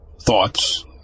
Thoughts